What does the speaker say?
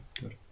good